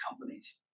companies